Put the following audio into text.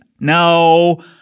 No